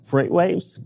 FreightWaves